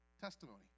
testimony